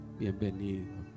Bienvenido